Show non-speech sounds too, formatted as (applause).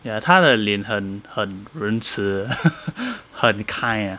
ya 他的脸很很仁慈 (laughs) 很 kind ah